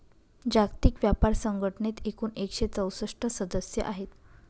जागतिक व्यापार संघटनेत एकूण एकशे चौसष्ट सदस्य आहेत